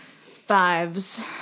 fives